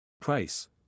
price